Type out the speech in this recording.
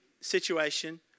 situation